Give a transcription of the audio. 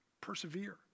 persevere